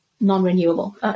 non-renewable